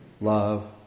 love